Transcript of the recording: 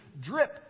drip